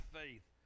faith